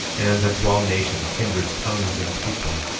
and unto all nations, kindreds, tongues and people,